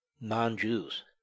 non-Jews